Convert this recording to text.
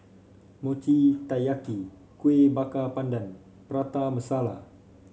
Mochi Taiyaki Kueh Bakar Pandan Prata Masala